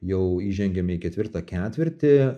jau įžengėme į ketvirtą ketvirtį